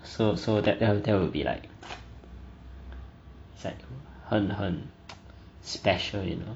so so that that would be like is like 很很 special you know